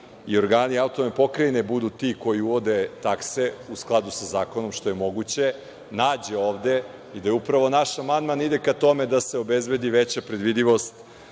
i organi autonomne pokrajine budu ti koji uvode takse, u skladu sa zakonom, što je moguće, nađe ovde i da upravo i naš amandman ide ka tome da se obezbedi veća predvidljivost